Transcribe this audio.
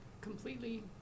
completely